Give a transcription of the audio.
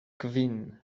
kvin